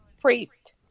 priest